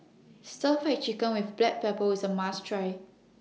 Stir Fried Chicken with Black Pepper IS A must Try